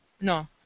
No